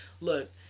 Look